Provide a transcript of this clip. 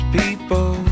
people